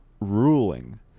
ruling